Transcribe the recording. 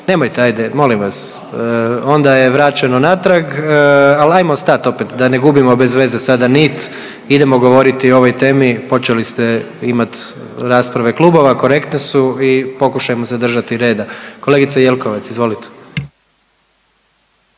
Nemojte ajde molim vas onda je vraćeno natrag, ali ajmo stat opet da ne gubimo bez veze sada nit idemo govoriti o ovoj temi, počeli ste imati rasprave klubova, korektne su i pokušajmo se držati reda. Kolegice Jelkovac, izvolite.